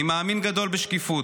אני מאמין גדול בשקיפות.